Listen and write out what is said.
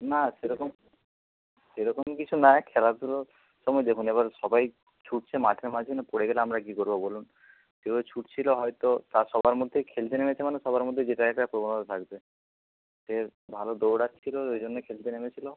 না সেরকম সেরকম কিছু নয় খেলাধুলোর সময় দেখুন এবার সবাই ছুটছে মাঠের মাঝখানে পড়ে গেলে আমরা কী করব বলুন ছুটছিল হয়তো তা সবার মধ্যে খেলতে নেমেছে মানে সবার মধ্যে জেতার একটা প্রবণতা থাকবে ভালো দৌড়চ্ছিল ওই জন্য খেলতে নেমেছিল